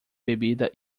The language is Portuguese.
bebida